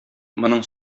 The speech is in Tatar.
моның